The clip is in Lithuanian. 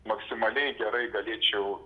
maksimaliai gerai galėčiau